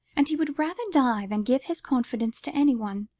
and he would rather die than give his confidence to anyone,